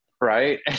right